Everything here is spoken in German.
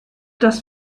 das